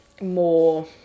more